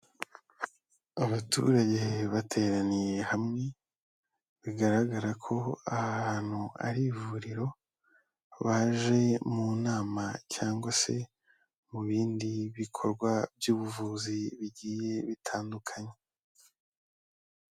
Abaturage bateraniye hamwe bigaragara ko aha hantu ari ivuriro baje mu nama cyangwa se mu bindi bikorwa by'ubuvuzi bigiye bitandukanye.